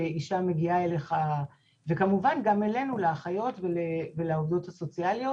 אישה מגיעה אליך.." וכמובן גם אלינו לאחיות ולעובדות הסוציאליות,